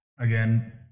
again